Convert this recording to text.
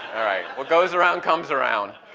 what goes around comes around.